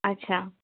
আচ্ছা